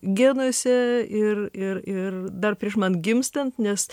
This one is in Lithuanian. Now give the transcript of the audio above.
genuose ir ir ir dar prieš man gimstant nes